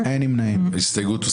הצבעה ההסתייגות לא